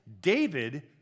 David